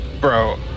Bro